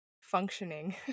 functioning